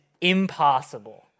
impossible